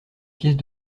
pièces